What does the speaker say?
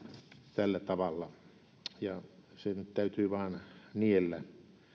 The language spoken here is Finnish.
tällä tavalla ja se nyt täytyy vain niellä